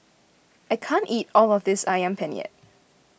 I can't eat all of this Ayam Penyet